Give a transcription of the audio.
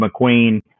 McQueen